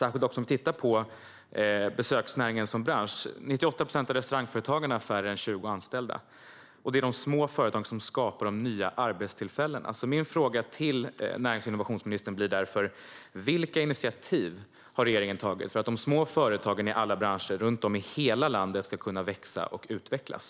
Vi kan titta på besöksnäringen som bransch. 98 procent av restaurangföretagarna har färre än 20 anställda. Och det är de små företagen som skapar nya arbetstillfällen. Min fråga till närings och innovationsministern blir därför: Vilka initiativ har regeringen tagit för att de små företagen i alla branscher runt om i hela landet ska kunna växa och utvecklas?